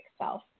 self